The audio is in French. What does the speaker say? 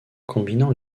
combinant